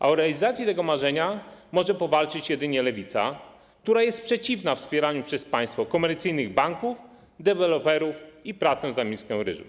A o realizację tego marzenia może powalczyć jedynie Lewica, która jest przeciwna wspieraniu przez państwo komercyjnych banków, deweloperów i pracy za miskę ryżu.